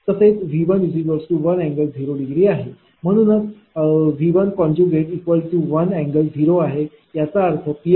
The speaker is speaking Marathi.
तसेच V11∠0° आहे म्हणूनच V11∠0°आहे